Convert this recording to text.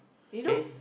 you know